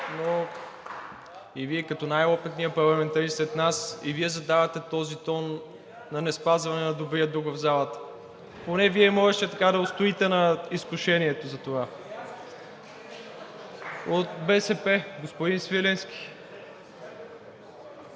И Вие, като най-опитният парламентарист сред нас, и Вие задавате този тон на неспазване на добрия дух в залата. Поне Вие можеше да устоите на изкушението за това. От БСП – господин Свиленски,